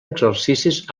exercicis